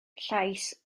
llais